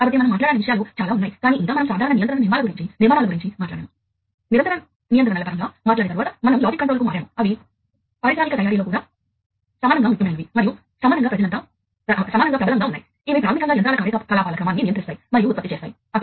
కాబట్టి మనం కావాలంటే ప్రతి ఒక్కటి మరొకదానితో ఒక భాషలో మాట్లాడుతాయి వాస్తవానికి మనం డేటా ను మరొకదానికి ఆమోదయోగ్యమైన ఫార్మాట్ లో మార్పిడి చేస్తాం మరియు మరొకదాని నుండి అందుకున్న డేటా ను అర్ధం చేసుకుంటాము